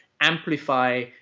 amplify